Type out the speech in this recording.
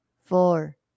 four